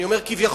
אני אומר כביכול,